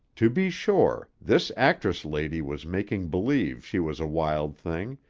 to be sure, this actress-lady was making-believe she was a wild thing,